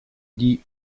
dit